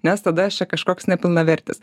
nes tada aš čia kažkoks nepilnavertis